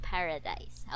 Paradise